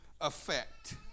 effect